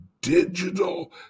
Digital